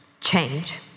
change